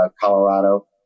Colorado